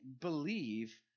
believe